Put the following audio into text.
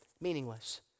meaningless